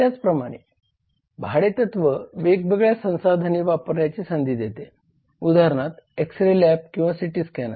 त्याचप्रमाणे भाडेतत्व वेगवेगळे संसाधने वापरण्याची संधी देते उदाहरणार्थ एक्स रे लॅब किंवा सीटी स्कॅनर